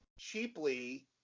Cheaply